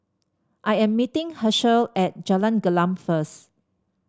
I am meeting Hershel at Jalan Gelam first